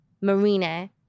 Marina